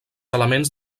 elements